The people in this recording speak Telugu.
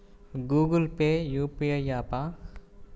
గూగుల్ పే యూ.పీ.ఐ య్యాపా?